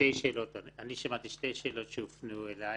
אני שמעתי שתי שאלות שהופנו אלי.